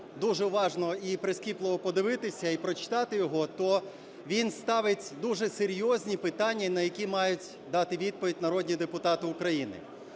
дуже уважно і прискіпливо подивитися і прочитати його, то він ставить дуже серйозні питання, на які мають дати відповідь народні депутати України.